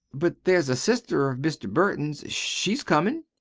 but there's a sister of mr. burton's she's comin'.